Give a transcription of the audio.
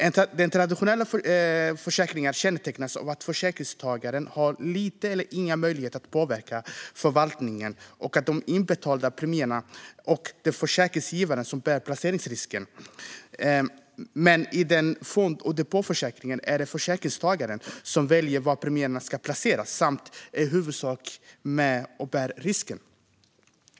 En traditionell försäkring kännetecknas av att försäkringstagaren har liten eller ingen möjlighet att påverka förvaltningen av de inbetalda premierna och att försäkringsgivaren bär placeringsrisken. Men i en fond eller depåförsäkring är det försäkringstagaren som väljer var premierna ska placeras samt i huvudsak bär risken.